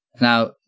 now